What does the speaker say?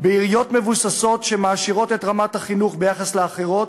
בעיריות מבוססות שמעשירות את רמת החינוך ביחס לאחרות,